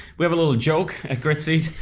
we have a little joke at gritseed,